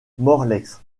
morlaix